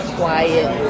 quiet